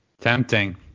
tempting